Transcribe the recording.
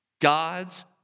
God's